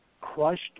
crushed